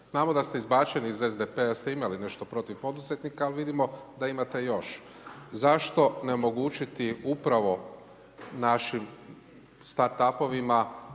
Znamo da ste izvučeni iz SDP-a da ste imali nešto protiv poduzetnika, ali vidimo da imate još. Zašto ne omogućiti upravo našim startupo-vima